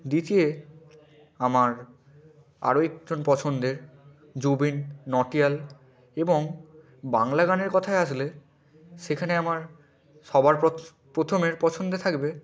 দ্বিতীয়ে আমার আরও একজন পছন্দের জুবিন নটিয়াল এবং বাংলা গানের কথায় আসলে সেখানে আমার সবার প্রথমের পছন্দে থাকবে